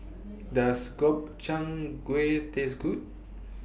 Does Gobchang Gui Taste Good